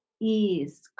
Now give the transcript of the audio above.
ease